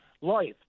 life